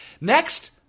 next